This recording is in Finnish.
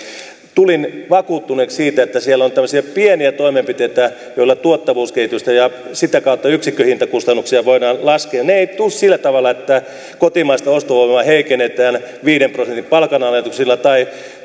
tulin vakuuttuneeksi sitä että siellä on tämmöisiä pieniä toimenpiteitä joilla tuottavuuskehitystä ja sitä kautta yksikköhintakustannuksia voidaan laskea ne eivät tule sillä tavalla että kotimaista ostovoimaa heikennetään viiden prosentin palkanalennuksilla tai